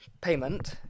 payment